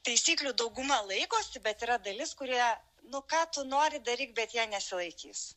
taisyklių dauguma laikosi bet yra dalis kurią nu ką tu nori daryk bet jie nesilaikys